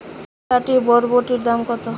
এক আঁটি বরবটির দাম কত?